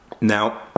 now